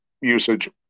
usage